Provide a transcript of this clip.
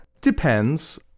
Depends